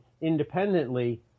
independently